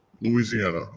Louisiana